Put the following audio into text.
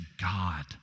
God